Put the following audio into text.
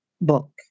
book